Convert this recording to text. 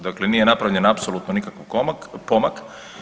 Dakle, nije napravljen apsolutno nikakav pomak.